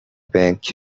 bank